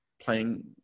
playing